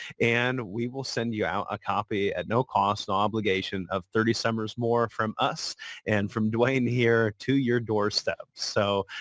and we will send you out a copy at no cost obligation of thirty summers more from us and from dwayne here to your doorstep. so,